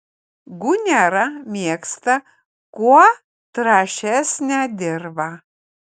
gunera mėgsta kuo trąšesnę dirvą